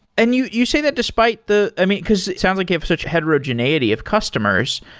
and you you say that despite the i mean, because it sound like you have such heterogeneity of customers.